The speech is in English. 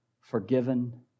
forgiven